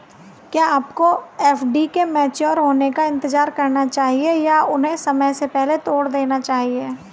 क्या आपको एफ.डी के मैच्योर होने का इंतज़ार करना चाहिए या उन्हें समय से पहले तोड़ देना चाहिए?